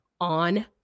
on